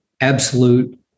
absolute